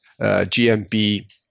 GMB